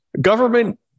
Government